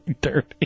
dirty